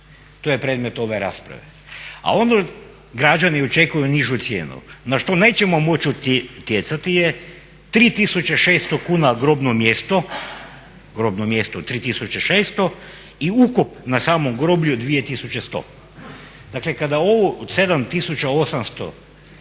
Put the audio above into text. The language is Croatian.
To je predmet ove rasprave. A ono građani očekuju nižu cijenu na što nećemo moći utjecati je 3600 kuna grobno mjesto i ukop na samom groblju je 2100. Dakle, kada ovo od 7800